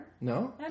No